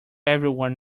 everyone